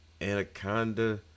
Anaconda